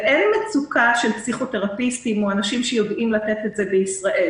אין מצוקה של פסיכותרפיסטים או אנשים שיודעים לתת את זה בישראל,